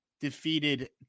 defeated